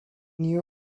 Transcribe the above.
new